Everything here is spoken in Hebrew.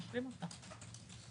נשלים אותה.